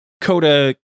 Coda